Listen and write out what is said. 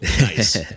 nice